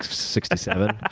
sixty seven.